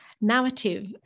narrative